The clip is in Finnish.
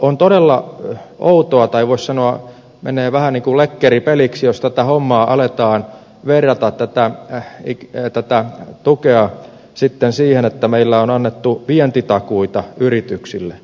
on todella outoa tai voisi sanoa että menee vähän niin kuin lekkeripeliksi jos tätä tukea aletaan verottaa tätä lähti kitee tätä tukea verrata sitten siihen että meillä on annettu vientitakuita yrityksille